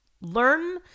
learn